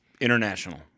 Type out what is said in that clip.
International